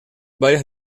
varias